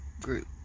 group